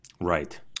Right